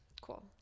cool